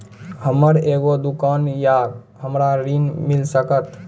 हमर एगो दुकान या हमरा ऋण मिल सकत?